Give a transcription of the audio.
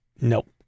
Nope